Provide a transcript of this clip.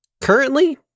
Currently